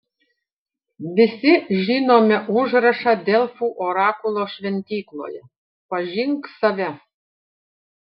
visi žinome užrašą delfų orakulo šventykloje pažink save